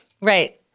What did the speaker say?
Right